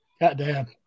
Goddamn